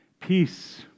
Peace